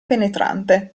penetrante